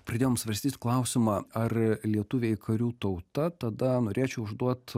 pradėjom svarstyt klausimą ar lietuviai karių tauta tada norėčiau užduot